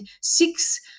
six